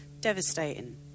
Devastating